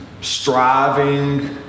striving